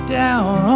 down